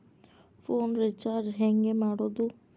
Phone recharge ಹೆಂಗೆ ಮಾಡೋದು?